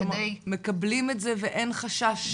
מקבלים את זה ואין חשש?